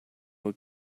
what